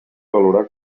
valorar